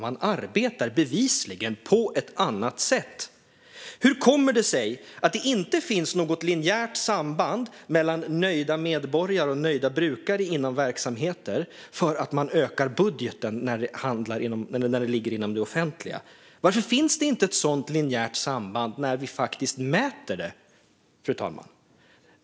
Man arbetar bevisligen på ett annat sätt. Hur kommer det sig att det inte finns något linjärt samband mellan nöjda medborgare och nöjda brukare inom verksamheter och att man ökar budgeten när det ligger inom det offentliga? Varför finns det inte ett sådant linjärt samband när vi faktiskt mäter det?